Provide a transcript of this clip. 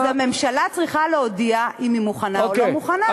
אז הממשלה צריכה להודיע אם היא מוכנה או לא מוכנה.